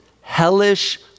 hellish